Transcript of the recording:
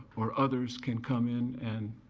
or others can come in and